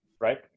right